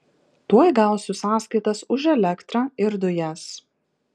tuoj gausiu sąskaitas už elektrą ir dujas